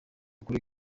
kuri